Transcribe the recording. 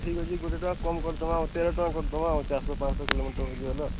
ଠିକ୍ ଅଛି ଗୋଟେ ଟଙ୍କା କମ୍ କରିଦେବା ତେର ଟଙ୍କା କରିଦେବା ଆଉ ଚାରିଶହ ପାଞ୍ଚଶହ କିଲୋମିଟର ଯିବେ ନା